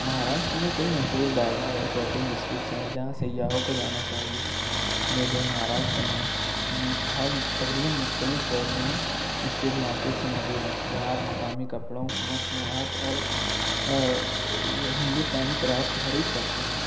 مہاراشٹر میں کئی مشہور بازار اور شاپنگ ڈسٹرکس ہیں جہاں سیاحوں کو جانا چاہئے جيسے مہاراشٹر ميں ہر تقريباً مختلف شہروں ميں اسٹيٹ ماركيٹس موجود ہیں جہاں آپ مقامی کپڑوں مصنوعات اور ہندوستانی کرافٹ خرید سکتے ہیں